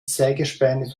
sägespäne